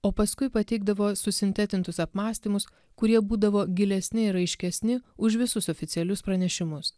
o paskui pateikdavo susintetintus apmąstymus kurie būdavo gilesni raiškesni už visus oficialius pranešimus